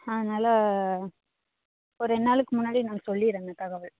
அதனால ஒரு ரெண்டு நாளைக்கு முன்னாடியே நான் சொல்லிடறேங்க தகவல்